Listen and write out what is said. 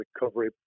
recovery